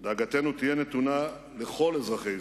דאגתנו תהיה נתונה לכל אזרחי ישראל,